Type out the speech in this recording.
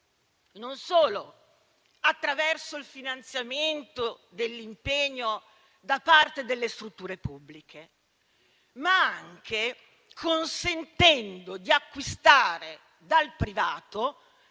non solo attraverso il finanziamento dell'impegno da parte delle strutture pubbliche, ma anche consentendo di acquistare dal privato,